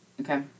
okay